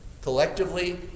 collectively